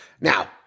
Now